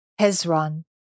Hezron